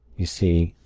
you see,